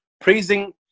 Praising